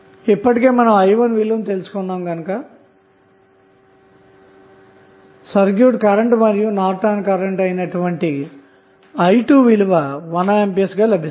ఇప్పటికే మనం i1 విలువ తెలుసుకొన్నాము గనక షార్ట్ సర్క్యూట్ కరెంటు మరియు నార్టన్ కరెంటు అయినటువంటి i2 విలువ 1A గా లభిస్తుంది